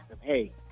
hey